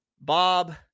Bob